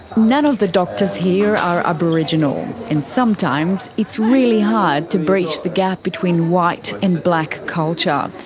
none of the doctors here are aboriginal, and sometimes it's really hard to breach the gap between white and black culture.